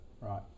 Right